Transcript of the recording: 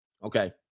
Okay